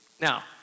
now